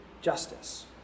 justice